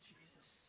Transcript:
Jesus